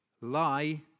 lie